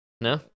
No